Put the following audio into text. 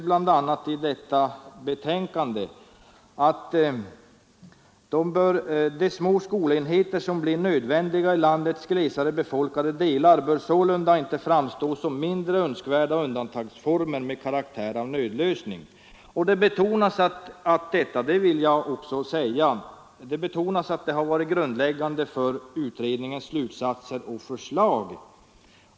I betänkandet sägs bl.a. att de små skolenheter som blir nödvändiga i landets glesare befolkade delar inte bör framstå som mindre önskvärda undantagsformer med karaktär av nödlösning, och det betonas att detta varit vägledande för utredningens slutsatser och förslag.